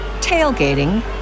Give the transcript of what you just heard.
tailgating